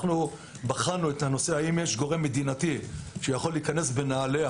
אנחנו בחנו האם יש גורם מדינתי שיכול להיכנס בנעליה